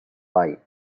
byte